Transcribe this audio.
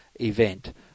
event